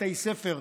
בתי הספר,